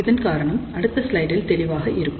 இதன் காரணம் அடுத்த ஸ்லைடில் தெளிவாக இருக்கும்